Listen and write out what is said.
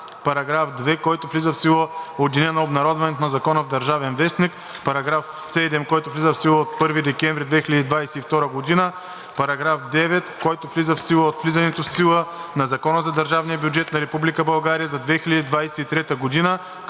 Параграф 2, който влиза в сила от деня на обнародването на закона в „Държавен вестник“. 2. Параграф 7, който влиза в сила от 1 декември 2022 г. 3. Параграф 9, който влиза в сила от влизането в сила на Закона за държавния бюджет на Република България за 2023 г.“